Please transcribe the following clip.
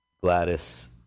Gladys